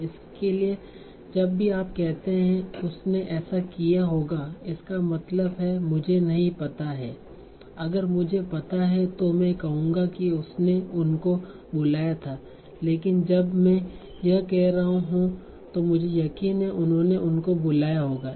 इसलिए जब भी आप कहते हैं उसने ऐसा किया होगा इसका मतलब है मुझे नहीं पता है अगर मुझे पता है तो मैं कहूंगा कि उसने उनको बुलाया था लेकिन जब मैं यह कह रहा हूं तो मुझे यकीन है उन्होंने उनको बुलाया होगा